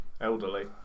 Elderly